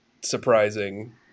surprising